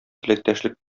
теләктәшлек